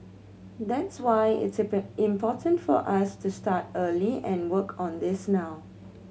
that's why it's important for us to start early and work on this now